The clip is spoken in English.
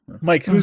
Mike